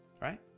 right